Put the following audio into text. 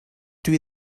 dwi